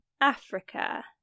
Africa